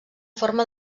forma